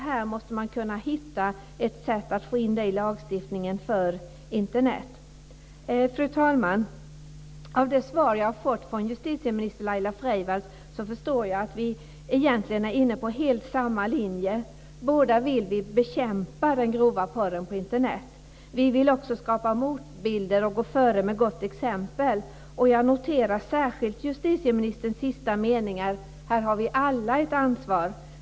Man måste försöka hitta ett sätt att få in dessa skildringar under lagstiftningen om Internet. Fru talman! Av det svar som jag fått från justitieminister Laila Freivalds förstår jag att vi egentligen helt följer samma linje. Båda vill vi bekämpa den grova porren på Internet. Vi vill också skapa motbilder och gå före med gott exempel. Jag noterar särskilt justitieministerns sista meningar: "Här har vi alla ett ansvar.